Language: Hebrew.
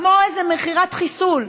כמו איזו מכירת חיסול,